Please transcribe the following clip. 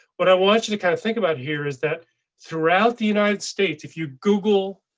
but i want you to kind of think about here is that throughout the united states, if you google.